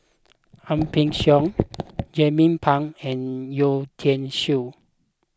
Ang Peng Siong Jernnine Pang and Yeo Tiam Siew